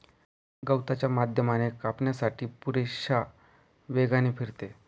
गवताच्या माध्यमाने कापण्यासाठी पुरेशा वेगाने फिरते